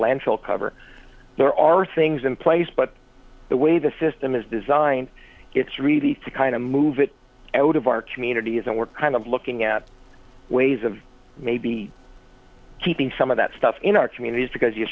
landfill cover there are things in place but the way the system is designed it's really to kind of move it out of our communities and we're kind of looking at ways of maybe keeping some of that stuff in our communities because you